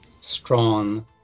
strong